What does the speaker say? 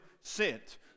sent